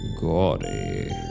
gaudy